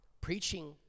Preaching